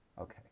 Okay